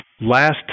last